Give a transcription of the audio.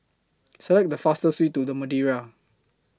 Select The fastest Way to The Madeira